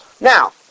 Now